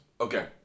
Okay